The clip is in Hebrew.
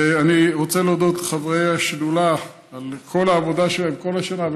ואני רוצה להודות לחברי השדולה על כל העבודה שלהם כל השנה,